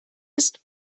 ist